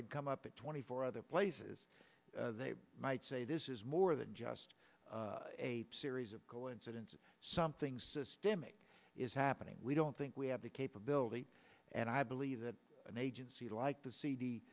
had come up in twenty four other places they might say this is more than just a series of coincidences something systemic is happening we don't think we have the capability and i believe that an agency like the c